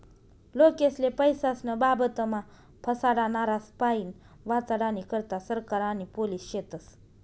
लोकेस्ले पैसास्नं बाबतमा फसाडनारास्पाईन वाचाडानी करता सरकार आणि पोलिस शेतस